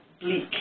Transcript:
bleak